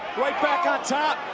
right back on top.